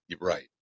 Right